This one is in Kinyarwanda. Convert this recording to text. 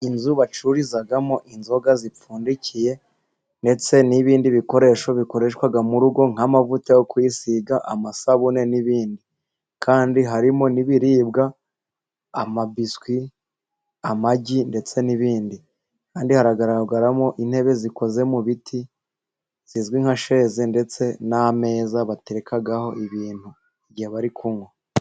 Inzu bacururizamo inzoga zipfundikiye, ndetse n'ibindi bikoresho bikoreshwa mu rugo, nk'amavuta yo kwisiga, amasabune, n'ibindi. Kandi harimo n'ibiribwa, amabiswi, amagi, ndetse n'ibindi. Kandi hagaragaramo intebe zikoze mu biti, zizwi nka sheze, ndetse n'ameza batekarekaho ibintu igihe bari kunywa.